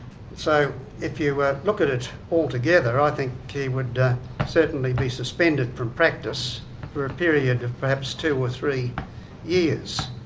so if you look at it altogether, i think he would certainly be suspended from practice for a period of perhaps two or three years.